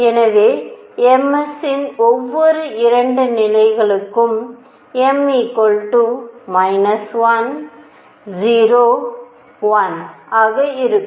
எனவே m s இன் ஒவ்வொரு 2 நிலைகளுக்கும் m 1 0 1 ஆக இருக்கும்